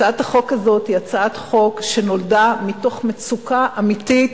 הצעת החוק הזאת היא הצעת חוק שנולדה מתוך מצוקה אמיתית